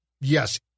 Yes